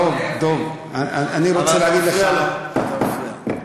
דב, אני רוצה להגיד לך, אבל אתה מפריע לו.